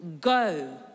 go